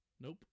Nope